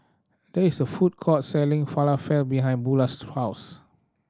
there is a food court selling Falafel behind Bulah's house